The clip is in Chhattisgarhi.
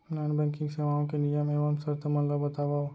नॉन बैंकिंग सेवाओं के नियम एवं शर्त मन ला बतावव